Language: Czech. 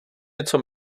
něco